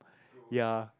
ya